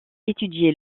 étudié